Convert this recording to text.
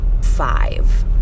five